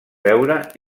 veure